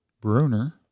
Bruner